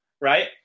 right